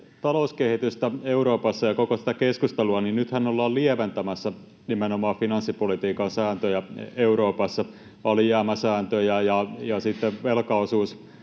talouskehitystä Euroopassa ja koko sitä keskustelua, niin nythän ollaan lieventämässä nimenomaan finanssipolitiikan sääntöjä Euroopassa, alijäämäsääntöjä ja sitten velkaosuussääntöjä.